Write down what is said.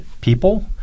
people